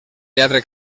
teatre